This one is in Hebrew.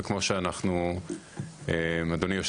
וכמו שאנחנו מבינים,